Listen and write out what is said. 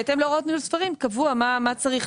בהתאם להוראות ניהול ספרים קבוע מה צריך